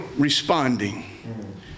Responding